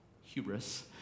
hubris